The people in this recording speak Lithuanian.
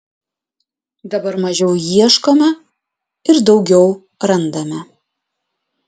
dabar mažiau ieškome ir daugiau randame